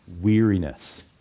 weariness